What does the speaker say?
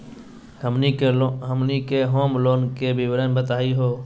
हमनी के home loan के विवरण बताही हो?